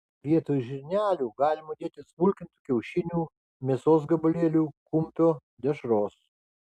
vietoj žirnelių galima dėti smulkintų kiaušinių mėsos gabalėlių kumpio dešros